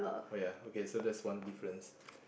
oh ya okay so that's one difference